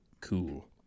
Cool